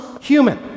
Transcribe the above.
human